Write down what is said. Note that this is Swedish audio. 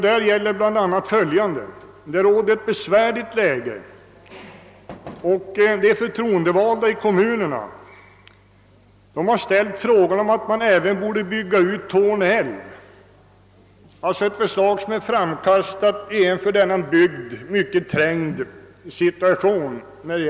Där råder ett besvärligt läge, och de förtroendevalda i kommunerna har ifrågasatt om man inte även borde bygga ut Torne älv — ett förslag som är framkastat i en för denna bygd mycket trängd sysselsättningssituation.